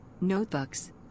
Notebooks